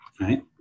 right